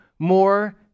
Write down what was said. more